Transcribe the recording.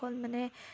অকল মানে